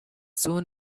soon